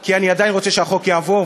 כי אני עדיין רוצה שהחוק יעבור,